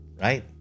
right